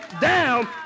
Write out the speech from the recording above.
down